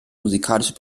musikalische